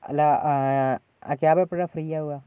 അല്ല ആ ആ ക്യാബ് എപ്പോഴാണ് ഫ്രീ ആവുക